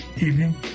evening